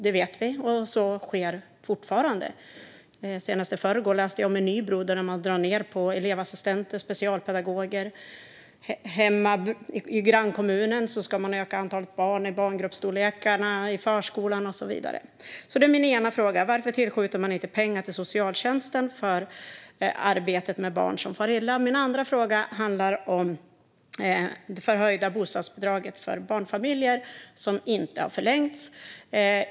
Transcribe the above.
Det vet vi, och så sker fortfarande. Senast i förrgår läste jag om Nybro, där man drar ned elevassistenter och specialpedagoger. Hemma i grannkommunen ska man öka antalet barn i barngruppsstorlekarna i förskolan och så vidare. Det är min ena fråga: Varför tillskjuter man inte pengar till socialtjänsten för arbetet med barn som far illa? Min andra fråga handlar om det förhöjda bostadsbidraget för barnfamiljer, som inte har förlängts.